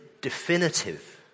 definitive